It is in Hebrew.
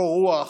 קור רוח,